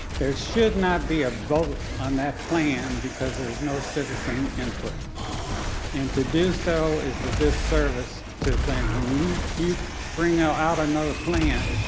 there should not be a vote on that plan because there is no citizen input and to do so is the disservice to them. when you you bring out out another plan,